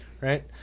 right